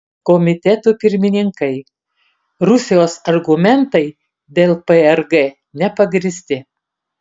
komitetų pirmininkai rusijos argumentai dėl prg nepagrįsti